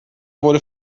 wurde